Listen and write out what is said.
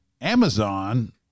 Amazon